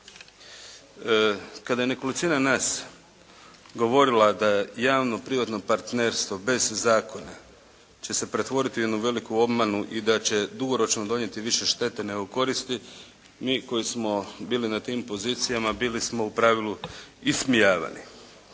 Kada je nekolicina nas govorila da javno privatno partnerstvo bez zakona će se pretvoriti u jednu veliku obmanu i da će dugoročno donijeti više štete nego koristi mi koji smo bili na tim pozicijama bili smo u pravilu ismijavani.